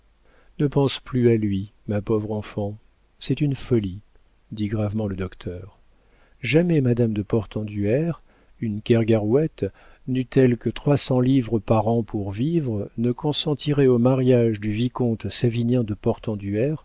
ne pense plus à lui ma pauvre enfant c'est une folie dit gravement le docteur jamais madame de portenduère une kergarouët n'eût-elle que trois cents livres par an pour vivre ne consentirait au mariage du vicomte savinien de